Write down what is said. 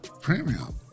Premium